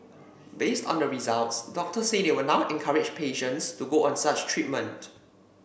based on the results doctors say they will now encourage patients to go on such treatment